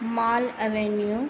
mall avenue